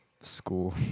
school